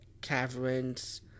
caverns